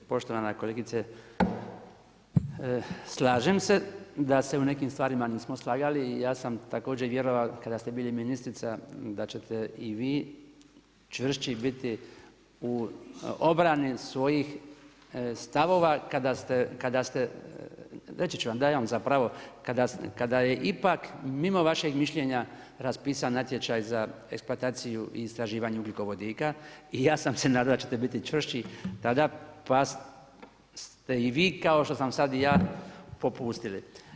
Poštovana kolegice, slažem se da se u nekim stvarima nismo slagali i ja sam također vjerovao, kad ste bili ministrica da ćete i vi čvršći biti u obrani svojih stavova, kada ste, reći ću vam da ja imam za pravo, kada je ipak mimo vašeg mišljenja raspisan natječaj za eksplantaciju i istraživanje ugljikovodika i ja sam se nadao da ćete biti čvršći tada, pa ste i vi kao što sam sad i ja popustili.